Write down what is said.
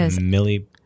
Millie